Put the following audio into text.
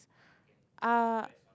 uh